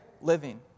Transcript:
living